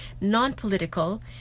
non-political